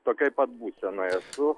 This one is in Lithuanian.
tokioj pat būsenoj esu